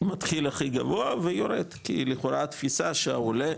מתחיל הכי גבוה ויורד, כי לכאורה, התפיסה שהעולה,